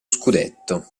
scudetto